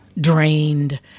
drained